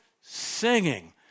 singing